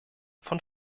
von